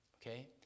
Okay